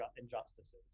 injustices